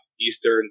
Eastern